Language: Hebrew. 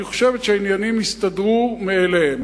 והיא חושבת שהעניינים יסתדרו מאליהם.